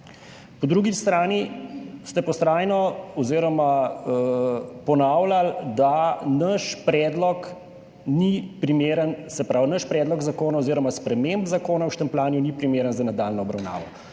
Po drugi strani ste pa vztrajno ponavljali, da naš predlog zakona oziroma sprememb zakona o štempljanju ni primeren za nadaljnjo obravnavo,